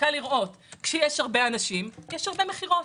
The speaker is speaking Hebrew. קל לראות: כאשר יש הרבה אנשים יש הרבה מכירות